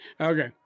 okay